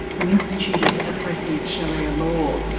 who instituted oppressive sharia law.